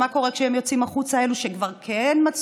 מה קורה כשהם יוצאים החוצה,